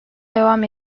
devam